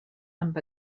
amb